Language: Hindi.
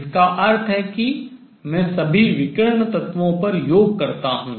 जिसका अर्थ है कि मैं सभी विकर्ण तत्वों पर योग करता हूँ